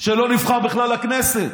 שלא נבחר בכלל לכנסת,